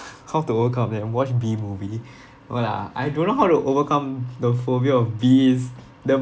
half the world cup then watch bee movie what lah I don't know how to overcome the phobia of bees the